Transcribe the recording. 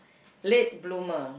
late bloomer